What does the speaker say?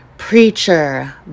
Preacher